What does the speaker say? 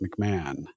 McMahon